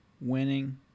winning